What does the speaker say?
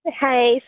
Hey